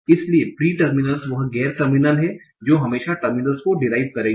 इसलिए pre terminals वह गैर टर्मिनल हैं जो हमेशा टर्मिनल्स को डिराइव करेंगे